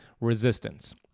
resistance